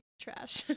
trash